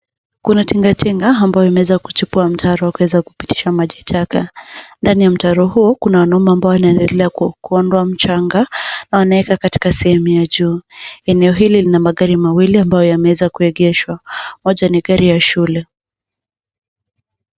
Kuna tingatinga ambayo imeeza kuchimbua mtaro wa kuweza kupitisha maji taka. Ndani ya mtaro huu, kuna wanaume ambao wanaedelea kuondoa mchanga na wanaeka katika sehemu ya juu. Eneo hili lina magari mawili ambayo yameeza kuegeshwa. Moja ni gari ya shule.